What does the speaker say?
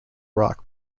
rock